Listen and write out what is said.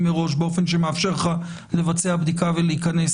מראש באופן שמאפשר לך לבצע בדיקה ולהיכנס